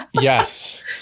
Yes